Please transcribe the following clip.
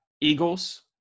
Eagles –